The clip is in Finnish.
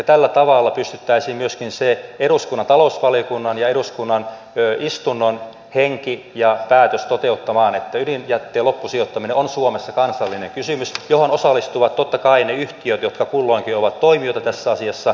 tällä tavalla pystyttäisiin myöskin se eduskunnan talousvaliokunnan ja eduskunnan istunnon henki ja päätös toteuttamaan että ydinjätteen loppusijoittaminen on suomessa kansallinen kysymys johon osallistuvat totta kai ne yhtiöt jotka kulloinkin ovat toimijoita tässä asiassa